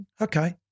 okay